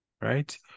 right